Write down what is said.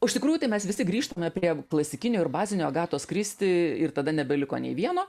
o iš tikrųjų tai mes visi grįžtame prie klasikinio ir bazinio agatos kristi ir tada nebeliko nei vieno